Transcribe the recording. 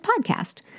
podcast